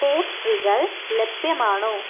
പേസ്ട്രികൾ ലഭ്യമാണോ